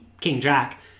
king-jack